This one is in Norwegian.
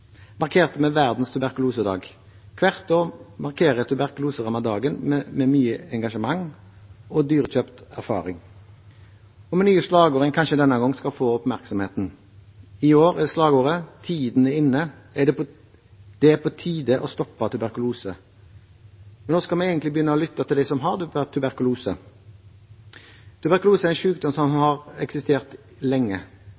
markerte vi verdens tuberkulosedag. Hvert år markerer tuberkuloserammede dagen med mye engasjement, dyrekjøpt erfaring og nye slagord en kanskje kan få oppmerksomhet med denne gangen. I år er slagordet: Stopp tuberkulosen. Men når skal vi egentlig begynne å lytte til dem som har tuberkulose? Tuberkulose er en sykdom som